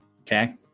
okay